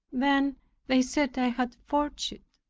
then they said i had forged it.